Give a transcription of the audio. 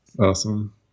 Awesome